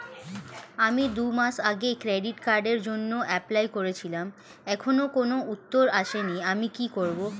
আমি দুমাস আগে ক্রেডিট কার্ডের জন্যে এপ্লাই করেছিলাম এখনো কোনো উত্তর আসেনি আমি কি করব?